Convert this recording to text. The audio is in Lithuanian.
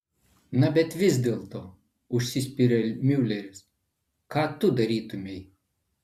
na bet vis dėlto užsispiria miuleris ką tu darytumei